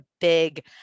big